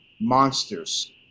monsters